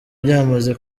byamaze